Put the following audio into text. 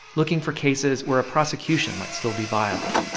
looking for cases where a prosecution might still be viable.